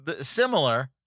similar